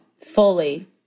fully